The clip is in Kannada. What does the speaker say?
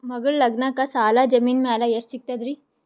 ಮಗಳ ಲಗ್ನಕ್ಕ ಸಾಲ ಜಮೀನ ಮ್ಯಾಲ ಎಷ್ಟ ಸಿಗ್ತದ್ರಿ?